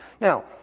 Now